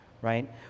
Right